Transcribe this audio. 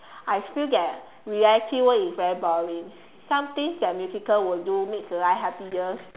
I feel that reality world is very boring some things that musical will do make the life happier